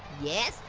yes,